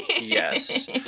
Yes